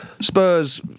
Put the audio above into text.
Spurs